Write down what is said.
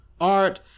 Art